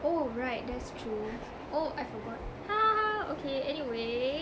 oh right that's true oh I forgot okay anyway